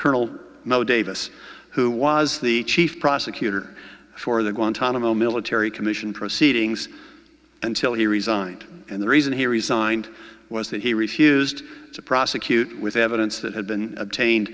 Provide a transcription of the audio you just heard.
colonel moe davis who was the chief prosecutor for the guantanamo military commission proceedings until he resigned and the reason he resigned was that he refused to prosecute with evidence that had been obtained